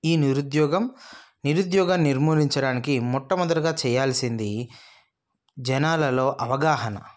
ఈ నిరుద్యోగం నిరుద్యోగం నిర్మూలించడానికి మొట్టమొదటిగా చేయాల్సింది జనాలలో అవగాహన